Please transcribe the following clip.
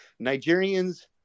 Nigerians